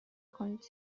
کنید